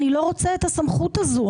אני לא רוצה את הסמכות הזה.